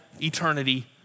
eternity